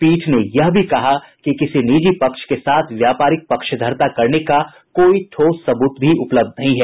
पीठ ने यह भी कहा कि किसी निजी पक्ष के साथ व्यापारिक पक्षधरता करने का कोई ठोस सबूत भी उपलब्ध नहीं है